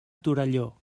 torelló